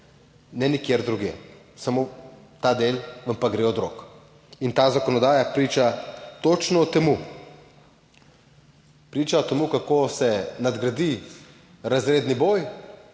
ne nikjer drugje, samo ta del vam pa gre od rok. In ta zakonodaja priča točno o tem, priča o tem, kako se nadgradi razredni boj,